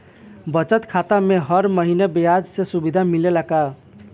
बचत खाता में हर महिना ब्याज के सुविधा मिलेला का?